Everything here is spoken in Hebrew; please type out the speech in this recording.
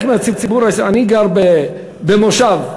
אני גר במושב,